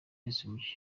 umukinnyi